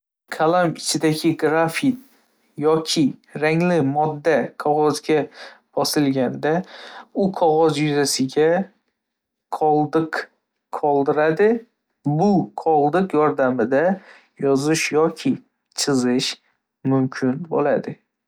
Qalam ichidagi grafit yoki rangli modda qog'ozga bosilganda, u qog'oz yuzasiga qoldiq qoldiradi. Bu qoldiq yordamida yozish yoki chizish mumkin bo'ladi.